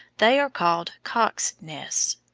they are called cock's nests.